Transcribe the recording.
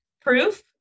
proof